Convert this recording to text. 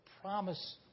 promise